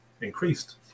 increased